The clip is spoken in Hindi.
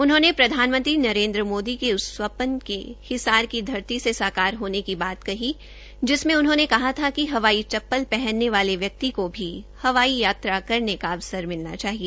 उन्होंने प्रधानमंत्री नरेंद्र मोदी के उस स्वप्र के हिसार की धरती से साकार होने की बात कही जिसमें उन्होंने कहा था कि हवाई चप्पल पहनने वाले व्यक्ति को भी हवाई यात्रा करने का अवसर मिलना चाहिए